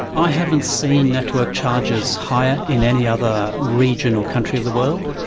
i haven't seen network charges higher in any other region or country of the world.